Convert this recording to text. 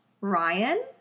Ryan